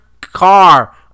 car